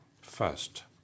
first